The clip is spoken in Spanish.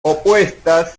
opuestas